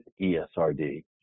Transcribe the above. ESRD